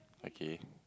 okay